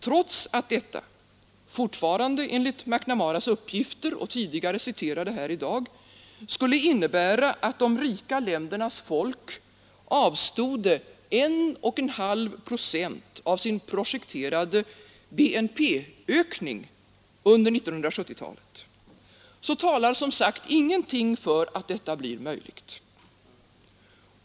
Trots att detta — fortfarande enligt McNamaras uppgifter, tidigare citerade här i dag — skulle innebära att de rika ländernas folk avstod 1,5 procent av sin projekterade BNP-ökning under 1970-talet, talar som sagt ingenting för att det blir möjligt.